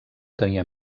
tenia